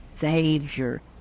Savior